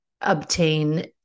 obtain